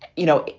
you know,